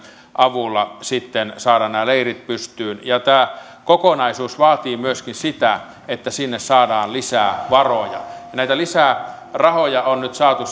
avulla saada nämä leirit pystyyn tämä kokonaisuus vaatii myöskin sitä että sinne saadaan lisää varoja näitä lisärahoja on nyt saatu